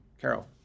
Carol